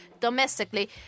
domestically